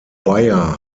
beyer